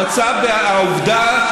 המצב והעובדה,